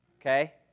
Okay